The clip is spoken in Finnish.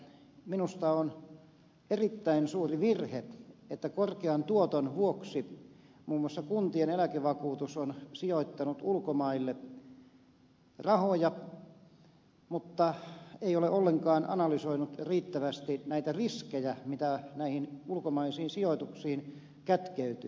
minusta on erittäin suuri virhe että korkean tuoton vuoksi muun muassa kuntien eläkevakuutus on sijoittanut ulkomaille rahoja mutta ei ole ollenkaan analysoinut riittävästi riskejä mitä näihin ulkomaisiin sijoituksiin kätkeytyy